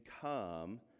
come